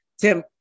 tim